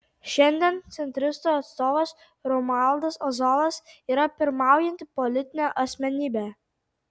šiandien centristų atstovas romualdas ozolas yra pirmaujanti politinė asmenybė